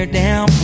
down